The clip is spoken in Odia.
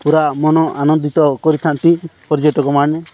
ପୁରା ମନ ଆନନ୍ଦିତ କରିଥାନ୍ତି ପର୍ଯ୍ୟଟକମାନେ